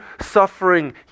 suffering